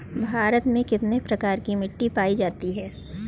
भारत में कितने प्रकार की मिट्टी पायी जाती है?